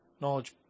Knowledge